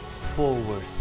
forward